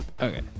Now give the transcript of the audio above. Okay